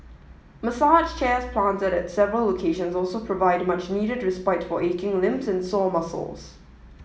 massage chairs planted at several locations also provide much needed respite for aching limbs and sore muscles